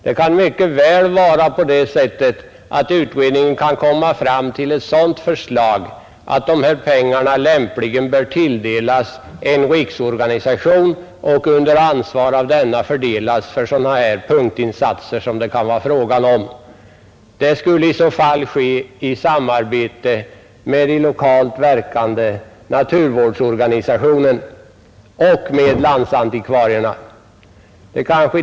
Utredningen kan mycket väl komma fram till det förslaget att pengarna lämpligen bör tilldelas en riksorganisation, som sedan under eget ansvar fördelar dem till sådana punktinsatser som det kan bli fråga om. Detta skulle i så fall ske i samarbete med den lokalt verkande naturvårdsorganisationen och landsantikvarierna.